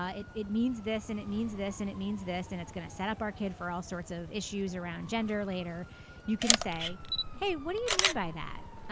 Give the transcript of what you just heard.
ah it it means this and it means this and it means this and it's going to set up our kid for all sorts of issues around gender. later you can say hey what do you mean by that.